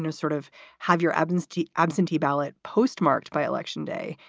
and sort of have your absentee absentee ballot postmarked by election day.